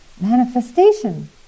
manifestation